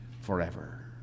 forever